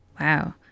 Wow